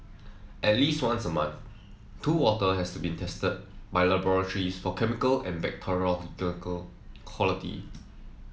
at least once a month pool water has to be tested by laboratories for chemical and bacteriological quality